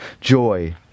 joy